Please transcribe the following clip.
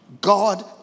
God